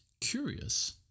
Curious